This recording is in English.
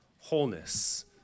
wholeness